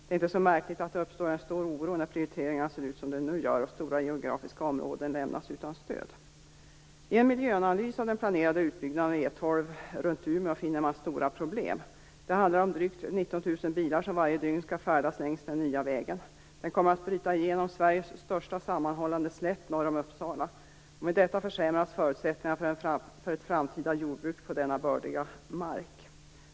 Det är inte så märkligt att det uppstår en stor oro när prioriteringarna ser ut som de nu gör och stora geografiska områden lämnas utan stöd. E 12 runt Umeå finner man stora problem. Det handlar om drygt 19 000 bilar som varje dygn skall färdas längs den nya vägen. Den kommer att bryta igenom Med detta försämras förutsättningarna för ett framtida jordbruk på denna bördiga mark.